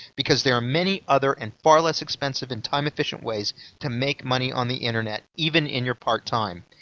because there are many other and far less expensive and time efficient ways to make money on the internet, even in your part time.